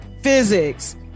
physics